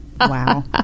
Wow